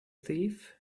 thief